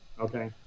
okay